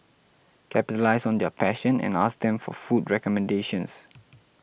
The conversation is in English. capitalise on their passion and ask them for food recommendations